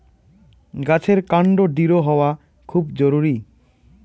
গাছের কান্ড দৃঢ় হওয়া খুব জরুরি